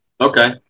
Okay